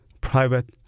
private